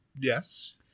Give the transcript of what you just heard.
Yes